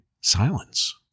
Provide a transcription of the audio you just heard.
silence